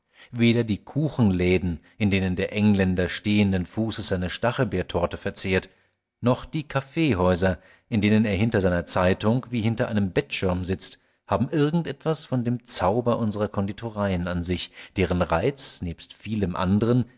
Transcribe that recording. weder die kuchenläden in denen der engländer stehenden fußes seine stachelbeertorte verzehrt noch die kaffeehäuser in denen er hinter seiner zeitung wie hinter einem bettschirm sitzt haben irgend etwas von dem zauber unsrer konditoreien an sich deren reiz nebst vielem andren